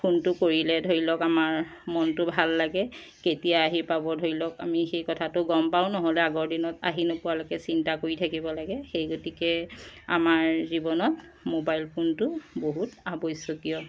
ফোনটো কৰিলে ধৰি লওক আমাৰ মনটো ভাল লাগে কেতিয়া আহি পাব ধৰি লওক আমি সেই কথাটো গম পাওঁ নহ'লে আগৰ দিনত আহি নোপোৱালৈকে চিন্তা কৰি থাকিব লাগে সেই গতিকে আমাৰ জীৱনত মোবাইল ফোনটো বহুত আৱশ্যকীয়